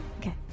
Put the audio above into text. Okay